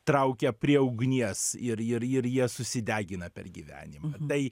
traukia prie ugnies ir ir ir jie susidegina per gyvenimą tai